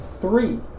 Three